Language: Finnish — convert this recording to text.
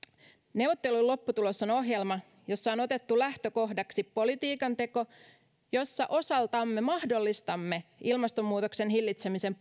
neuvottelujen lopputulos on ohjelma jossa on otettu lähtökohdaksi politiikan teko jossa osaltamme mahdollistamme ilmastonmuutoksen hillitsemisen